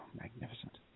Magnificent